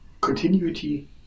continuity